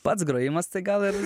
pats grojimas tai gal ir